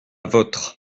vôtre